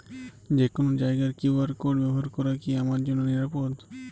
যে কোনো জায়গার কিউ.আর কোড ব্যবহার করা কি আমার জন্য নিরাপদ?